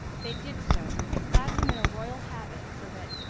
they did so and clad him in a royal habit so that,